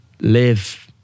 live